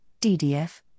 DDF